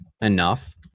enough